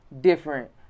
different